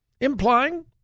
implying